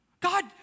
God